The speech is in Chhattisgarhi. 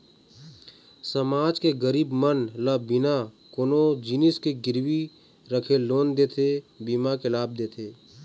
समाज के गरीब मन ल बिना कोनो जिनिस के गिरवी रखे लोन देथे, बीमा के लाभ देथे